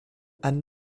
and